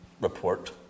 report